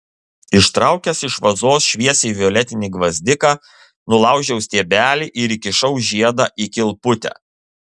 ištraukęs iš vazos šviesiai violetinį gvazdiką nulaužiau stiebelį ir įkišau žiedą į kilputę